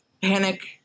panic